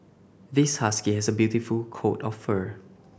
this husky has a beautiful coat of fur